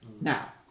Now